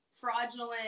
fraudulent